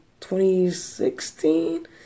2016